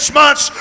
months